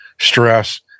stress